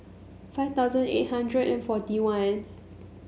five thousand eight hundred and forty one